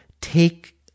take